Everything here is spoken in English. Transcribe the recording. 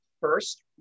first